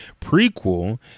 prequel